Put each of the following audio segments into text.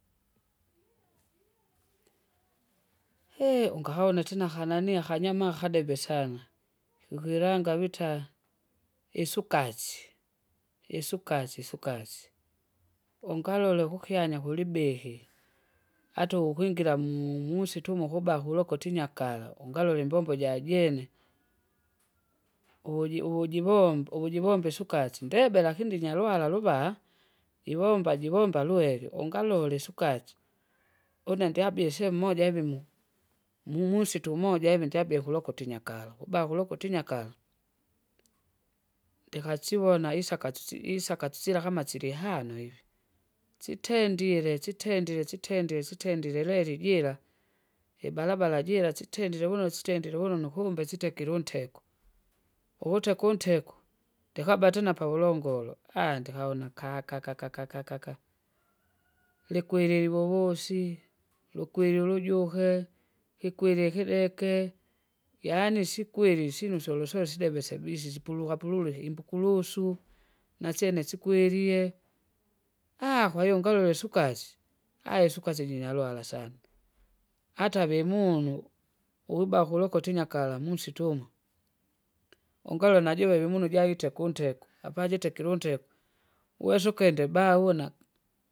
hee! ungahona tena ahananii ahanyama ahadebe sana, ikukilanga vita, isukasi, isukasi sukasi, ungalole kukyanya kulibihi, ata ukukwingira mu- musitu umo ukuba ulokitinya kala ungalove imbombo ja jene, uvuji- uvujivomba uvujivomba isukasi ndebe lakini ndinywala lubaha? ivomba jovomba lwege ungalole isukaji, une ndabie sehemu moja ivi mu- mumusitu moja ivi njabie kolotinya kalo kuba kulokotinya kalo! ndikasivona isakatsi- isakatsila kama silihano ivi, sitendile sitendile sitendile sitendile reli jira, ibarabara jira sitendile vuno sitendile vuno nukumbe sitekire unteko. Uhuteka unteko, ndikaba tena pavulongolo aha likweriri vovosi, lukweri ulujuhe, ikwerie ikideke, yaani isikweri isinu syoloswesida vesabisi sipuluka pululuka imbukulusu. Nasyene sikwelie, ahaa! kwahiyo ngalole isukasi, aha! isukasi jinyalwala sana, ata vyemunu, ukuba kolotinya kala musitu umo. Ungalo najuve vimunu jihite kunteku apajitekile unteku, uweze ukende baauna,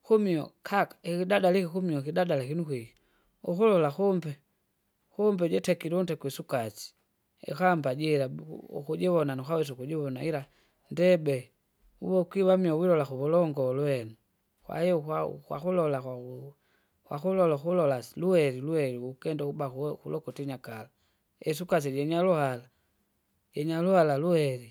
humwo kaka ihidada lihumio ihidada likinu kwihi, uhulola humpe, humpe jitekire unteku isukasi, jikamba buh- ukujivona nukawesa ukujivona ila ndebe, uvo ukivamia uvulola kuvulongo ulwene, kwahiyo ukwa- ukwakulola kwakuku, kwakulola ukulolasi lweri lweri ukukinda ubakue kula ukutinya kala, isukasi jinyaluhala, jinyaluhala lweri.